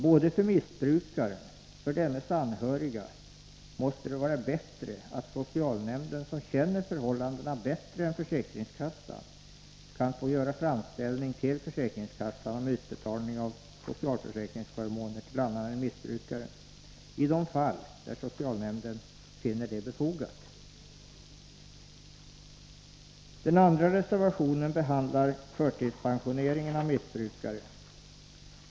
Både för missbrukaren och för dennes anhöriga måste det vara bättre att socialnämnden, som känner förhållandena bättre än försäkringskassan, får göra framställning till försäkringskassan om utbetalning av socialförsäkringsförmåner till annan än missbrukare i de fall där socialnämnden finner det befogat. Den andra reservationen behandlar förtidspensioneringen av missbrukare.